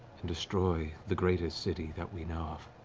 and destroy the greatest city that we know of.